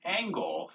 angle